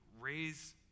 raise